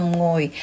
ngồi